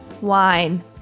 wine